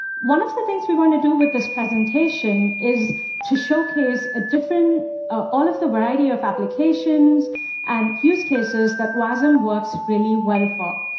one of the things we want to do with this presentation is to showcase a different ah all of the variety of applications and use cases that wasm works really well for.